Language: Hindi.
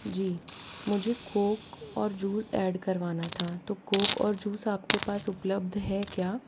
जी मुझे कोक और जूस ऐड करवाना था तो कोक और जूस आपके पास उपलब्ध है क्या